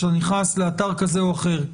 כשאתה נכנס לאתר כזה או אחר,